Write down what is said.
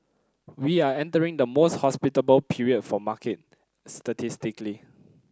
we are entering the most hospitable period for market statistically